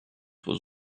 was